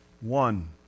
One